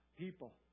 people